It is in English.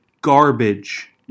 garbage –